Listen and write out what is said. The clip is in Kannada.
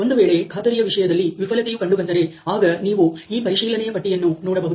ಒಂದು ವೇಳೆ ಖಾತರಿಯ ವಿಷಯದಲ್ಲಿ ವಿಫಲತೆಯು ಕಂಡುಬಂದರೆ ಆಗ ನೀವು ಈ ಪರಿಶೀಲನೆಯ ಪಟ್ಟಿಯನ್ನು ನೋಡಬಹುದು